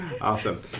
Awesome